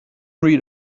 read